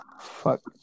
fuck